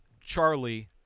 charlie